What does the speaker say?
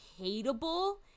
hateable